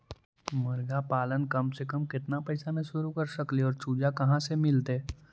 मरगा पालन कम से कम केतना पैसा में शुरू कर सकली हे और चुजा कहा से मिलतै?